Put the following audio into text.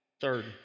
Third